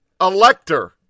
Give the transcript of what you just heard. elector